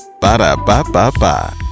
Ba-da-ba-ba-ba